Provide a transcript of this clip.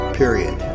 period